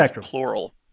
plural